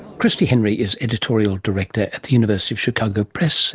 christie henry is editorial director at the university of chicago press